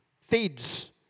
feeds